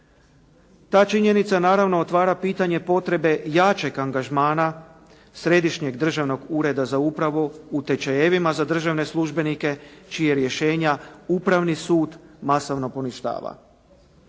Ta činjenica naravno otvara pitanje potrebe jačeg angažmana Središnjeg državnog ureda za upravu u tečajevima za državne službenike čija rješenja Upravni sud masovno poništava.